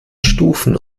stufen